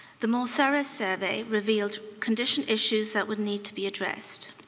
the more thorough survey revealed condition issues that would need to be addressed.